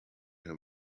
him